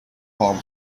palm